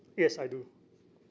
yes I do